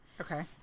okay